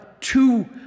two